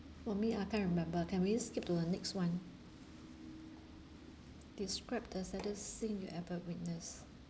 for me I can't remember can we skip to the next one describe the saddest thing you ever witness